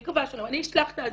אני מקווה --- אני אשלח את הדוח.